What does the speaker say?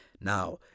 Now